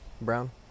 Brown